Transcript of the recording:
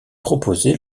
proposée